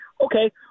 okay